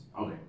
Okay